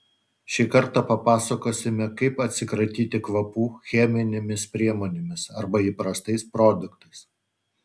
šį kartą papasakosime kaip atsikratyti kvapų cheminėmis priemonėmis arba įprastais produktais